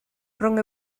rhwng